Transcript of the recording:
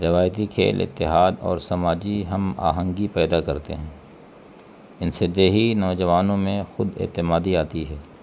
روایتی کھیل اتحاد اور سماجی ہم آہنگی پیدا کرتے ہیں ان سے دیہی نوجوانوں میں خود اعتمادی آتی ہے